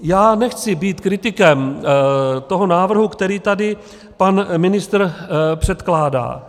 Já nechci být kritikem toho návrhu, který tady pan ministr předkládá.